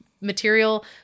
material